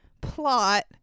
plot